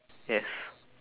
yes